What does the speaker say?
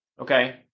Okay